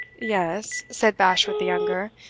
yes, said bashwood the younger,